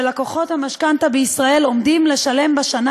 שלקוחות המשכנתה בישראל עומדים לשלם בשנה